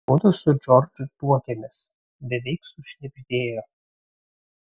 mudu su džordžu tuokiamės beveik sušnibždėjo